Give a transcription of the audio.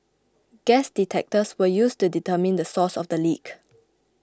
gas detectors were used to determine the source of the leak